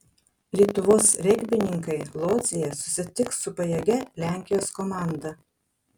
lietuvos regbininkai lodzėje susitiks su pajėgia lenkijos komanda